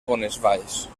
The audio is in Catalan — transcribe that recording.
bonesvalls